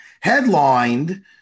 Headlined